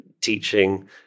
teaching